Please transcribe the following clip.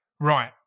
right